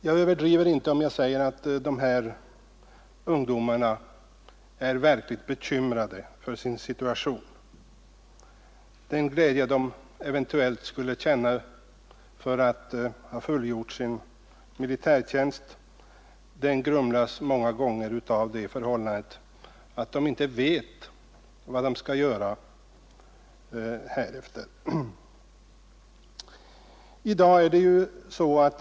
Jag överdriver inte om jag säger att dessa ungdomar är mycket bekymrade för sin situation. Den glädje de eventuellt känner över att ha fullgjort sin militärtjänst grumlas många gånger av att de inte vet vad de skall göra sedan de ryckt ut.